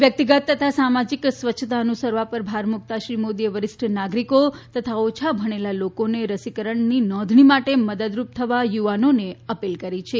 વ્યકતિગત તથા સામાજીક સ્વચ્છતા અનુસરવા પર ભાર મુકતા શ્રી મોદીએ વરિષ્ઠ નાગરીકો તથા ઓછા ભણેલા લોકોને રસીકરણની નોંધણી માટે મદદરૂપ થવા યુવાનોને અપીલ કરી છે